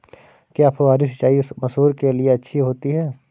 क्या फुहारी सिंचाई मसूर के लिए अच्छी होती है?